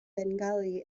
bengali